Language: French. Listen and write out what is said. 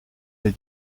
les